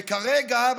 וכרגע,